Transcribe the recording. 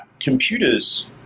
computers